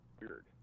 weird